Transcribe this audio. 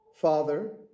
father